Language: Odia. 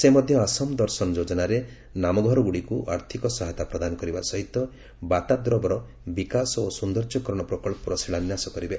ସେ ମଧ୍ୟ ଆସମ୍ ଦର୍ଶନ୍ ଯୋଜନାରେ ନାମଘରଗୁଡ଼ିକୁ ଆର୍ଥକ ସହାୟତା ପ୍ରଦାନ କରିବା ସହିତ ବାତାଦ୍ରବର ବିକାଶ ଓ ସୌନ୍ଦର୍ଯ୍ୟକରଣ ପ୍ରକଳ୍ପର ଶିଳାନ୍ୟାସ କରିବେ